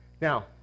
Now